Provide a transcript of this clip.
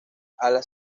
alas